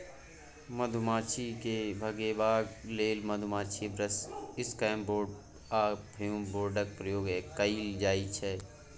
मधुमाछी केँ भगेबाक लेल मधुमाछी ब्रश, इसकैप बोर्ड आ फ्युम बोर्डक प्रयोग कएल जाइत छै